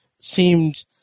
seemed